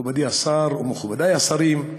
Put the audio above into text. מכובדי השר, מכובדי השרים,